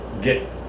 get